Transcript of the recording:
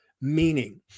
meaning